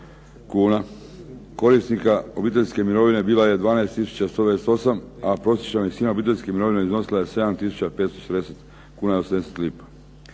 kuna. Korisnika obiteljske mirovine bila je 12 tisuća 128 a prosječna visina obiteljske mirovine iznosila je 7 tisuća 540 kuna i 80 lipa.